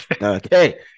Okay